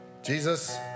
Jesus